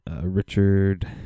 richard